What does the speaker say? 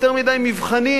יותר מדי מבחנים.